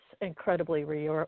incredibly